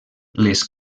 les